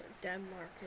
Denmark